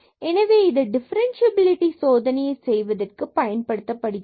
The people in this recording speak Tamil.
எனவே இது டிபரன்ஸியபிலிடி சோதனை செய்வதற்கு பயன்படுத்தப்படுகிறது